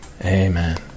Amen